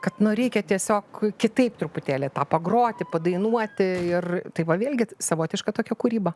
kad nu reikia tiesiog kitaip truputėlį tą pagroti padainuoti ir tai va vėlgi savotiška tokia kūryba